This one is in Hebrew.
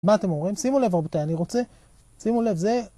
מה אתם אומרים? שימו לב רבותי, אני רוצה... שימו לב, זה...